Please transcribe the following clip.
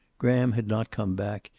graham had not come back,